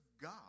God